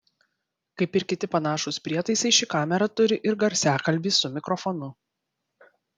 kaip ir kiti panašūs prietaisai ši kamera turi ir garsiakalbį su mikrofonu